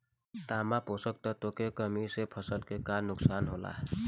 तांबा पोषक तत्व के कमी से फसल के का नुकसान होला?